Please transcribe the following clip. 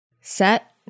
Set